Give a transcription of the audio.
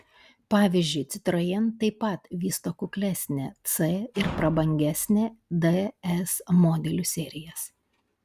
pavyzdžiui citroen taip pat vysto kuklesnę c ir prabangesnę ds modelių serijas